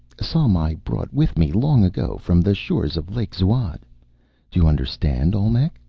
some i brought with me long ago from the shores of lake zuad do you understand, olmec?